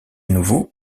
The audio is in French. nouveau